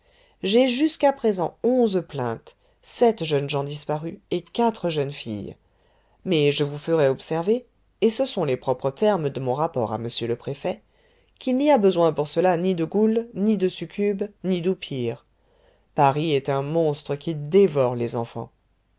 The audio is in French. j'ai jusqu'à présent onze plaintes sept jeunes gens disparus et quatre jeunes filles mais je vous ferai observer et ce sont les propres termes de mon rapport à m le préfet qu'il n'y a besoin pour cela ni de goule ni de succube ni d'oupire paris est un monstre qui dévore les enfants